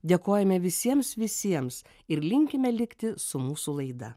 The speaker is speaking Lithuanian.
dėkojame visiems visiems ir linkime likti su mūsų laida